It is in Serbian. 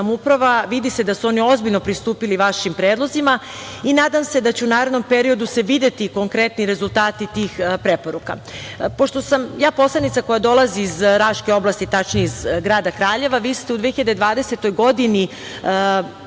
vidi se da su oni ozbiljno pristupili vašim predlozima. Nadam se da će se u narednom periodu videti konkretni rezultati tih preporuka. Pošto sam ja poslanica koja dolazi iz raške oblasti, tačnije iz grada Kraljeva, vi ste u 2020. godini